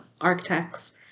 architects